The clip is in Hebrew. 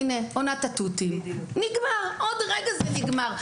הינה, עונת התותים, נגמר, עוד רגע זה נגמר.